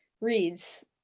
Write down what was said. reads